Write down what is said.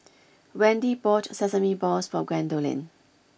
Wendy bought Sesame Balls for Gwendolyn